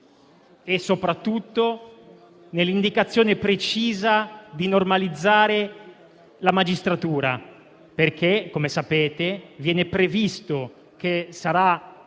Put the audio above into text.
e soprattutto nell'indicazione precisa di normalizzare la magistratura, perché, come sapete, viene previsto che sarà